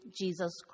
Jesus